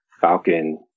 Falcon